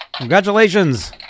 Congratulations